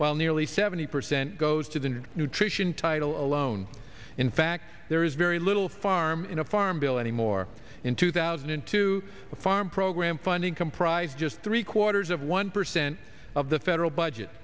while nearly seventy percent goes to the nutrition title alone in fact there is very little farm in a farm bill anymore in two thousand and two the farm program funding comprise just three quarters of one percent of the federal budget